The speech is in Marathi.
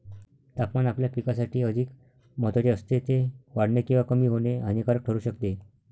तापमान आपल्या पिकासाठी अधिक महत्त्वाचे असते, ते वाढणे किंवा कमी होणे हानिकारक ठरू शकते